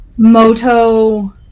Moto